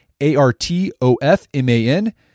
A-R-T-O-F-M-A-N